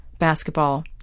Basketball